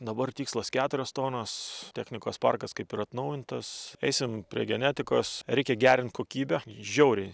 dabar tikslas keturios tonos technikos parkas kaip ir atnaujintas eisim prie genetikos reikia gerint kokybę žiauriai